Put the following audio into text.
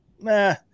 nah